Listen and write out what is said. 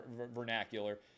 vernacular